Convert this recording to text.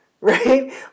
right